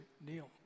Neil